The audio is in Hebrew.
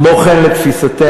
כמו כן, לתפיסתנו,